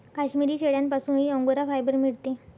काश्मिरी शेळ्यांपासूनही angora fibre मिळते